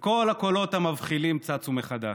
וכל הקולות המבחילים צצו מחדש,